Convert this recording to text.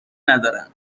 نداره